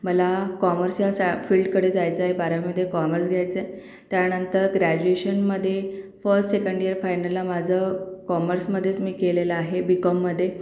मला कॉमर्स या सा फील्टकडे जायचं आहे बारावीमध्ये कॉमर्स घ्यायचं आहे त्यानंतर ग्रॅज्युएशनमध्ये फस् सेकंड इयर फायनलला माझं कॉमर्समध्येच मी केलेलं आहे बीकॉममध्ये